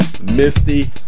Misty